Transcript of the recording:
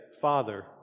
Father